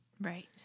Right